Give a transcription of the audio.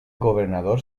governador